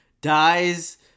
dies